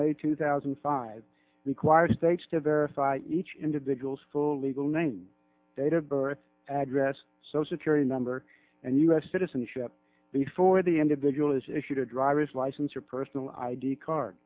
may two thousand and five require states to verify each individual's full legal name date of birth address social security number and u s citizenship before the individual is issued a driver's license or personal id card